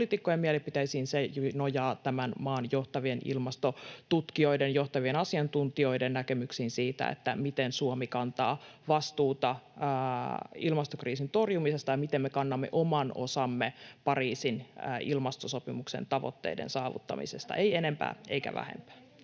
poliitikkojen mielipiteisiin, se nojaa tämän maan johtavien ilmastotutkijoiden, johtavien asiantuntijoiden, näkemyksiin siitä, miten Suomi kantaa vastuuta ilmastokriisin torjumisesta ja miten me kannamme oman osamme Pariisin ilmastosopimuksen tavoitteiden saavuttamisesta — ei enempää eikä vähempää.